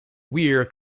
weir